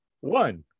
one